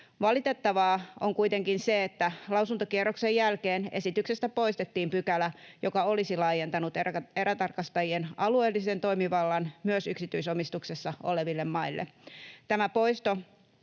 Valitettavaa on kuitenkin se, että lausuntokierroksen jälkeen esityksestä poistettiin pykälä, joka olisi laajentanut erätarkastajien alueellisen toimivallan myös yksityisomistuksessa oleville maille. Tämä poisto